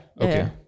Okay